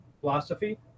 philosophy